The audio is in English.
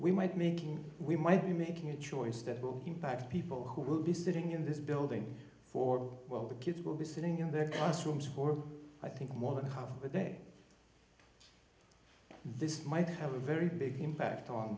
we might making we might be making a choice that will impact people who will be sitting in this building for while the kids will be sitting in their classrooms for i think more than half a day this might have a very big impact on